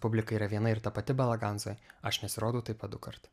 publika yra viena ir ta pati balaganzoj aš nesirodau taip pat dukart